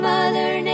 Mother